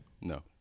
No